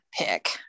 pick